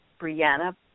Brianna